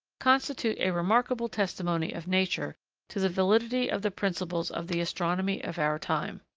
constitute a remarkable testimony of nature to the validity of the principles of the astronomy of our time.